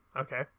Okay